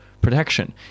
protection